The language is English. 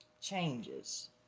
changes